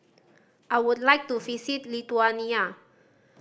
I would like to visit Lithuania